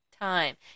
time